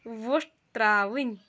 وۄٹھ ترٛاوٕنۍ